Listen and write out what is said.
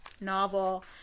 novel